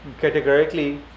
categorically